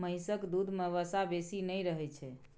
महिषक दूध में वसा बेसी नहि रहइ छै